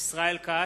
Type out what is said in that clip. ישראל כץ,